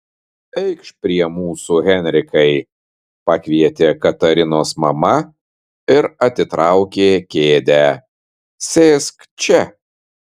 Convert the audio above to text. eikš prie mūsų henrikai pakvietė katarinos mama ir atitraukė kėdę sėsk čia